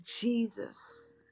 jesus